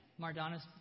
Mardana's